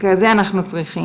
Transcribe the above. כזה אנחנו צריכים.